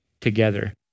together